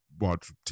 watch